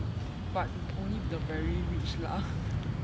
but only the very rich lah